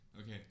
Okay